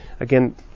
again